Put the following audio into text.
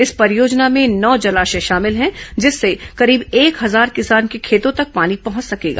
इस परियोजना में नौ जलाशय शामिल हैं जिससे करीब एक हजार किसान के खेतों तक पानी पहंच सकेगा